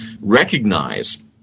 recognize